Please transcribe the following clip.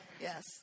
Yes